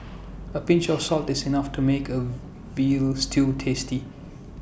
A pinch of salt is enough to make A Veal Stew tasty